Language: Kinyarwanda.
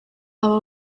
aba